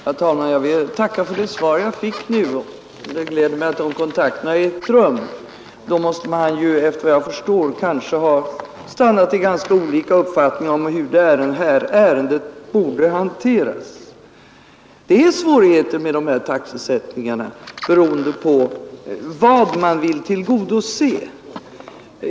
Herr talman! Jag ber att få tacka för det svar jag fick nu. Det gläder mig att kontakterna med Kommunförbundet har ägt rum. Då måste man, efter vad jag förstår, ha stannat i ganska olika uppfattningar om hur det här ärendet borde hanteras. Det är svårigheter med taxesättningarna beroende på vad man vill tillgodose.